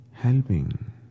Helping